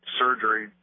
surgery